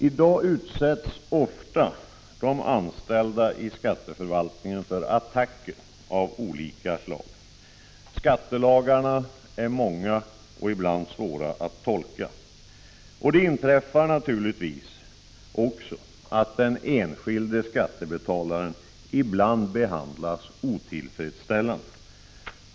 I dag utsätts ofta de anställda i skatteförvaltningen för attacker av olika slag. Skattelagarna är många och ibland svåra att tolka. Det inträffar naturligtvis också att den enskilde skattebetalaren ibland behandlas otillfredsställande.